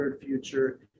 future